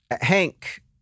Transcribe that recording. hank